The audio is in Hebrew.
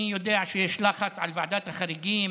אני יודע שיש לחץ על ועדת חריגים